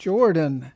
Jordan